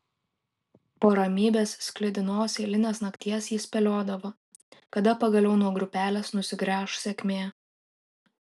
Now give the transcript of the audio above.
po ramybės sklidinos eilinės nakties jis spėliodavo kada pagaliau nuo grupelės nusigręš sėkmė